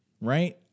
right